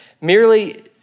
merely